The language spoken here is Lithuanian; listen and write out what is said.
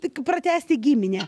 tik pratęsti giminę